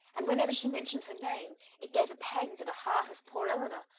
and whenever she mentioned her name, it gave a pang to the heart of poor elinor,